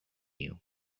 you